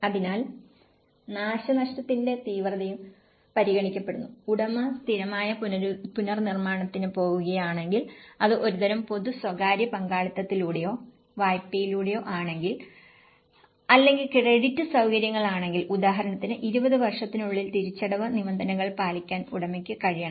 അതിനാൽ നാശനഷ്ടത്തിന്റെ തീവ്രതയും പരിഗണിക്കപ്പെടുന്നു ഉടമ സ്ഥിരമായ പുനർനിർമ്മാണത്തിന് പോകുകയാണെങ്കിൽ അത് ഒരുതരം പൊതു സ്വകാര്യ പങ്കാളിത്തത്തിലൂടെയോ വായ്പയിലേക്കോ ആണെങ്കിൽ അല്ലെങ്കിൽ ക്രെഡിറ്റ് സൌകര്യങ്ങൾ ആണെങ്കിൽ ഉദാഹരണത്തിന് 20 വർഷത്തിനുള്ളിൽ തിരിച്ചടവ് നിബന്ധനകൾ പാലിക്കാൻ ഉടമയ്ക്ക് കഴിയണം